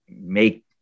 make